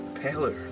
paler